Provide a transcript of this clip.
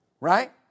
Right